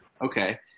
Okay